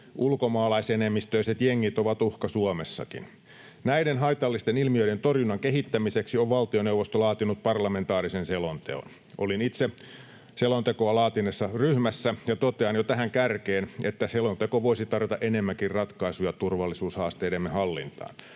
Ulkomaalaisenemmistöiset jengit ovat uhka Suomessakin. Näiden haitallisten ilmiöiden torjunnan kehittämiseksi on valtioneuvosto laatinut parlamentaarisen selonteon. Olin itse selontekoa laatineessa ryhmässä, ja totean jo tähän kärkeen, että selonteko voisi tarjota enemmänkin ratkaisuja turvallisuushaasteidemme hallintaan.